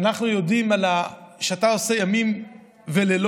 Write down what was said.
שאנחנו יודעים שאתה עושה ימים ולילות